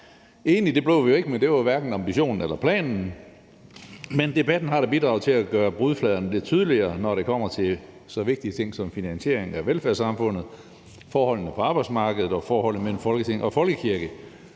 Enige blev vi jo ikke, men det var hverken ambitionen eller planen. Men debatten har da bidraget til at gøre brudfladerne lidt tydeligere, når det kommer til så vigtige ting som finansiering af velfærdssamfundet, forholdene på arbejdsmarkedet og forholdet mellem Folketing og folkekirke.